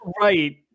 Right